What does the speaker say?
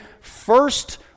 first